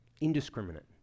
indiscriminate